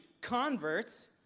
converts